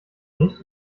nicht